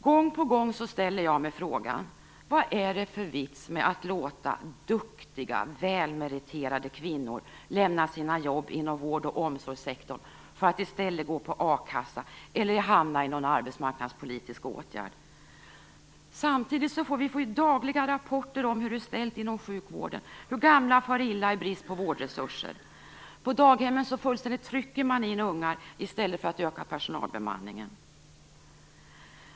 Gång på gång ställer jag mig frågan: Vad är det för vits med att låta duktiga välmeriterade kvinnor lämna sina jobb inom vård och omsorgssektorn för att i stället gå på a-kassa eller hamna i någon arbetsmarknadspolitisk åtgärd. Samtidigt får vi dagliga rapporter om hur det är ställt inom sjukvården, hur gamla far illa i brist på vårdresurser. På daghemmen fullständigt trycker man in ungar i stället för att öka personalbemanningen.